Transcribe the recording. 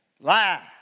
Lie